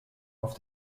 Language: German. auf